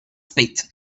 spade